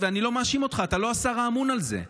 אני לא מאשים אותך, אתה לא השר האמון על זה.